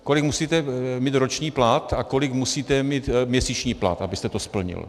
Kolik musíte mít roční plat a kolik musíte mít měsíční plat, abyste to splnil.